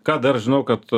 ką dar žinau kad